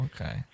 okay